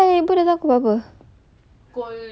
mm tapi ayah datang pukul berapa